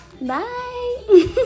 Bye